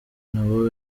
nabo